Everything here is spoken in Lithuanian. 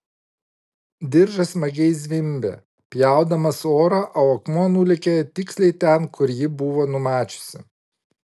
diržas smagiai zvimbė pjaudamas orą o akmuo nulėkė tiksliai ten kur ji buvo numačiusi